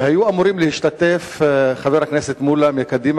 היו אמורים להשתתף חבר הכנסת מולה מקדימה